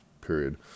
period